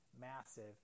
massive